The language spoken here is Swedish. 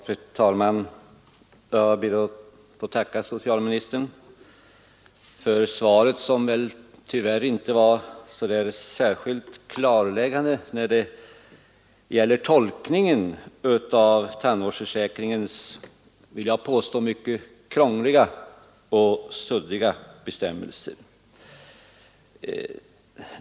Fru talman! Jag ber att få tacka socialministern för svaret, som tyvärr inte var särskilt klarläggande när det gäller tolkningen av tandvårdsförsäkringens, som jag vill påstå, mycket krångliga och suddiga bestämmelser.